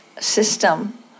system